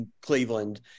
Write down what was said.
cleveland